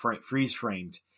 freeze-framed